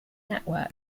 network